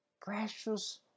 Precious